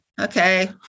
okay